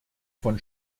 von